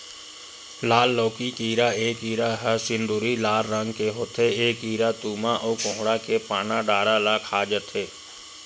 लाल लौकी कीरा ए कीरा ह सिंदूरी लाल रंग के होथे ए कीरा तुमा अउ कोड़हा के पाना डारा ल खा जथे